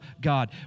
God